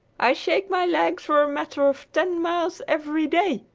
i shake my legs for a matter of ten miles every day,